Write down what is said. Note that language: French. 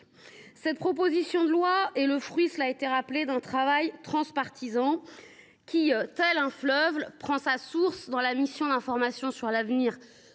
Cette proposition de loi est le fruit d’un travail transpartisan, qui, tel un fleuve, prend sa source dans la mission d’information sur l’avenir